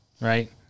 right